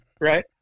Right